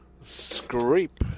scrape